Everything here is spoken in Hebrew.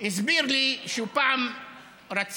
הסביר לי שהוא פעם רצה